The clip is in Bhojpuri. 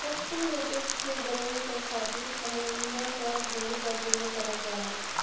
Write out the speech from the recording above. कच्चे लेटेक्स के जमे क खातिर अमोनिया क घोल क उपयोग करल जाला